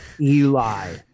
Eli